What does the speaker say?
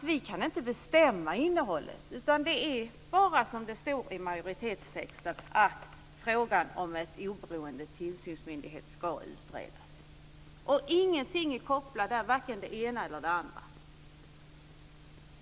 Vi kan inte bestämma innehållet utan det är bara så som det står i majoritetstexten, att frågan om en oberoende tillsynsmyndighet ska utredas. Inget är där kopplat till varken det ena eller det andra.